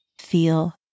feel